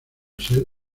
ser